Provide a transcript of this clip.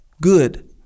Good